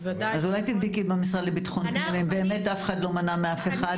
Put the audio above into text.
אז אולי תבדקי במשרד לביטחון הפנים אם באמת אף אחד לא מנע מאף אחד?